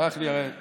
ברח לי השם,